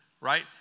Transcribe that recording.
right